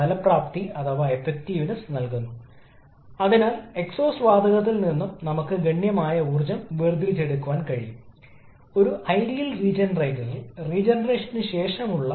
എന്നാൽ ഇത് ഐസന്റ്രോപിക് അല്ല അതിനാൽ ഇതിന്റെ നിർവചനം നമ്മൾ ഉപയോഗപ്പെടുത്തണം ഐസന്റ്രോപിക് കാര്യക്ഷമത